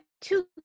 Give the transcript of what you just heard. two